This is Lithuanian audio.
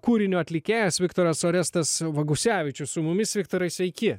kūrinio atlikėjas viktoras orestas vagusevičius su mumis viktorai sveiki